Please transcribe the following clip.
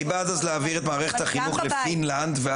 אני בעד אז להעביר את מערכת החינוך לפינלנד